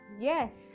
yes